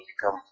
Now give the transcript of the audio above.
become